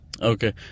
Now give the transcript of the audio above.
Okay